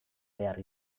behar